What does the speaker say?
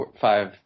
five